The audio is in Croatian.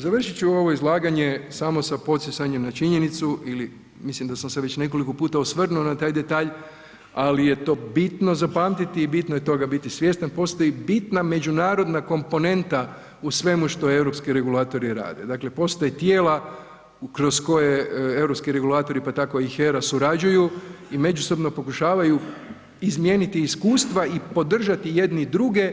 Završit ću ovo izlaganje samo sa podsjećanjem na činjenicu ili mislim da se već nekoliko puta osvrnuo na taj detalj, ali je to bitno zapamtiti i bitno je toga biti svjestan, postoji bitna međunarodna komponenta u svemu što europski regulatori rade, dakle postoje tijela kroz koje europski regulatori pa tako i HERA surađuju i međusobno pokušavaju izmijeniti iskustva i podržati jedni druge